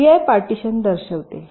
Vi partition दर्शवते